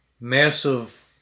massive